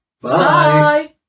Bye